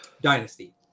dynasty